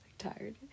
tired